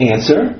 Answer